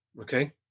okay